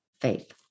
faith